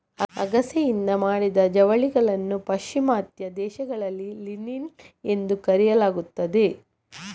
ಅಗಸೆಯಿಂದ ಮಾಡಿದ ಜವಳಿಗಳನ್ನು ಪಾಶ್ಚಿಮಾತ್ಯ ದೇಶಗಳಲ್ಲಿ ಲಿನಿನ್ ಎಂದು ಕರೆಯಲಾಗುತ್ತದೆ